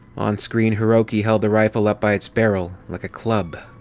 onscreen, hiroki held the rifle up by its barrel, like a club.